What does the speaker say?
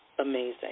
amazing